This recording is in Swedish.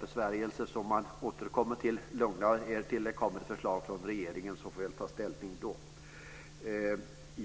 besvärjelse som man brukar använda i avvaktan på att det ska komma förslag från regeringen, som man då får ta ställning till.